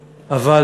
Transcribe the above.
אבל,